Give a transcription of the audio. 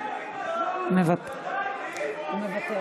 איפה חמשת